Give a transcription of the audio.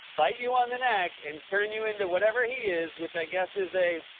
bite you on the neck, and turn you into whatever he is, which i guess is a.